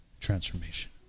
transformation